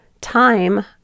time